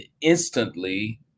instantly